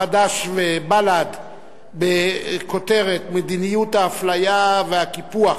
חד"ש ובל"ד בכותרת: מדיניות האפליה והקיפוח